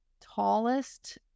tallest